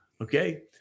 Okay